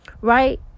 right